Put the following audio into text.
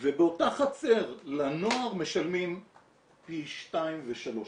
ובאותה חצר לנוער משלמים פי 2 ו-3 אפילו.